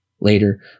Later